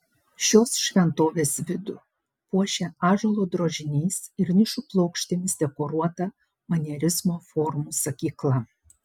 šios šventovės vidų puošia ąžuolo drožiniais ir nišų plokštėmis dekoruota manierizmo formų sakykla